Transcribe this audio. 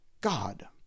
God